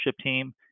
team